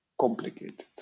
complicated